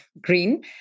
green